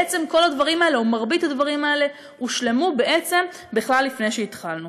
בעצם כל הדברים האלה או מרבית הדברים האלה הושלמו בכלל לפני שהתחלנו.